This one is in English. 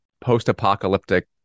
post-apocalyptic